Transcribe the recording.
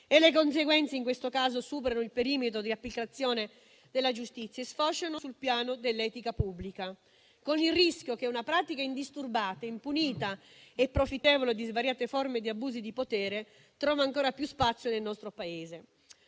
e le conseguenze, in questo caso, superano il perimetro di applicazione della giustizia e sfociano sul piano dell'etica pubblica, con il rischio che una pratica indisturbata, impunita e profittevole di svariate forme di abusi di potere, trovi ancora più spazio nel nostro Paese.